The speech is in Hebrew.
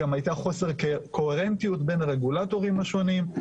גם הייתה חוסר קוהרנטיות בין הרגולטורים השונים.